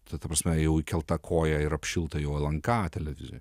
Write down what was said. tai ta prasme jau įkelta koja ir apšilta jau lnk televizija